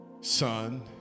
son